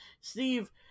Steve